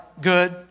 good